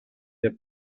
der